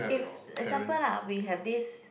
if example lah we have this